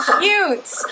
cute